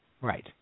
Right